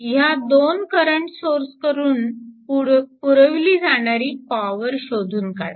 ह्या दोन करंट सोर्सकडून पुरवली जाणारी पॉवर शोधून काढा